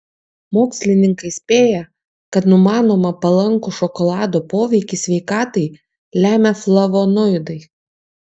mokslininkai spėja kad numanomą palankų šokolado poveikį sveikatai lemia flavonoidai